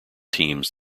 teams